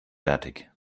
fertig